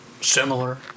Similar